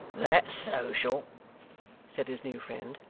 that's social said his new friend.